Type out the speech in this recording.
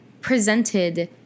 presented